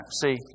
see